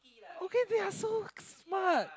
okay they are so smart